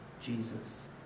Jesus